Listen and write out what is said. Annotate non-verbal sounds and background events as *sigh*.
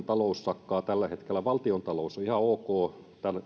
*unintelligible* talous sakkaa tällä hetkellä pahiten kuntapuolella valtion talous on ihan ok tämän